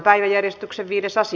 asia